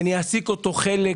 אני אעסיק אותו חלק